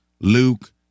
Luke